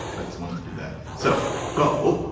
i just wanted to do that. so go.